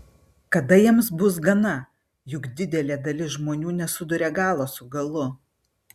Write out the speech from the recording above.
kada jiems bus gana juk didelė dalis žmonių nesuduria galo su galu